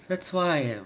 that's why